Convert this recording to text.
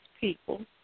people